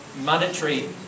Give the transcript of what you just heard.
monetary